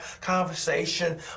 conversation